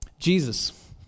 Jesus